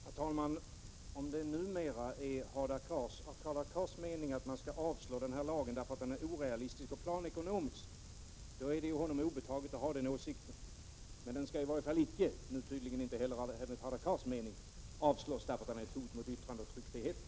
Herr talman! Om det numera är Hadar Cars mening att man skall avslå den här lagen därför att den är orealistisk och planekonomisk, så är det honom obetaget att ha den åsikten. Men lagen skall i varje fall icke — nu tydligen inte heller enligt Hadar Cars mening — avslås därför att den är ett hot mot yttrandeoch tryckfriheten.